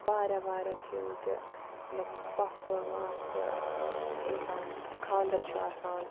واریاہ واریاہ چھِ یِم تہِ مَطلَب پۄفہٕ ماسہٕ اِنسان خانٛدَر چھُ آسان